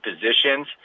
positions